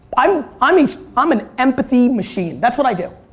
i'm i mean um an empathy machine. that's what i do.